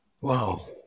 Wow